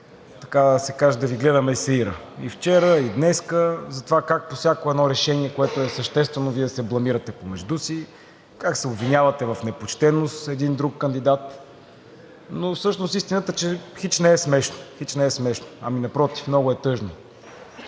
така да се каже, да Ви гледаме сеира – и вчера, и днес, за това как по всяко едно решение, което е съществено, Вие се бламирате помежду си, как се обвинявате в непочтеност един друг кандидат, но всъщност истината е, че хич не е смешно, хич не е смешно, ами напротив – много е тъжно.